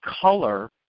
color